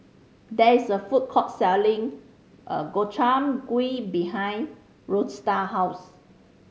there is a food court selling Gobchang Gui behind Rhoda house